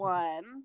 one